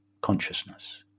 consciousness